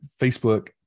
Facebook